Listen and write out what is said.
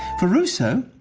for rousseau,